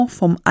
vom